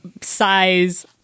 size